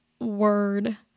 word